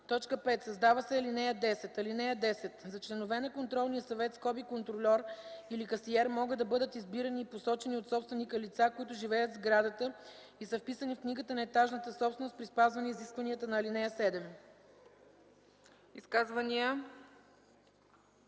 5. Създава се ал. 10: „(10) За членове на контролния съвет (контрольор) или касиер могат да бъдат избирани и посочени от собственика лица, които живеят в сградата и са вписани в книгата на етажната собственост при спазване изискванията на ал. 7.”